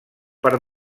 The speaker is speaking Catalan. per